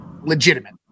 legitimate